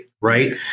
right